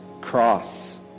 cross